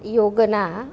યોગનાં